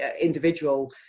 individual